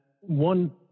one